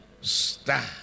stand